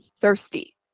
thirsty